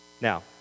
Now